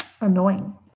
annoying